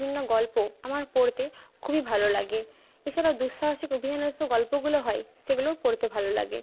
বিভিন্ন গল্প আমার পড়তে খুবই ভালো লাগে এছাড়াও দুঃসাহসিক অভিযানের সব গল্পগুলো হয় সেগুলোও পড়তে ভালো লাগে